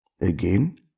Again